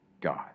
God